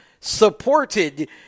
Supported